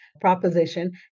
proposition